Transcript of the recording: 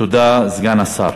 תודה, סגן השר.